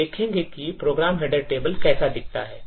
हम देखेंगे कि प्रोग्राम हेडर टेबल कैसा दिखता है